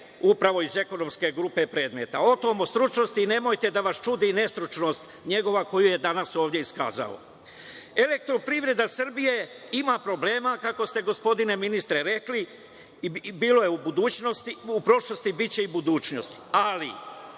upravo iz ekonomske grupe predmete. O stručnosti, nemojte da vas čudi nestručnost njegova koju je danas ovde iskazao. Elektroprivreda Srbije ima problema, kako ste gospodine ministre rekli, bilo je u prošlosti, biće i u budućnost. Ali,